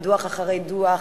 ודוח אחרי דוח,